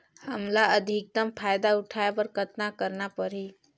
हमला अधिकतम फायदा उठाय बर कतना करना परही?